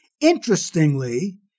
Interestingly